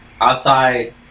outside